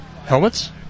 Helmets